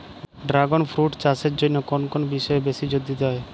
Dragon fruit চাষের জন্য কোন কোন বিষয়ে বেশি জোর দিতে হয়?